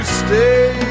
stay